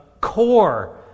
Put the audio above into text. core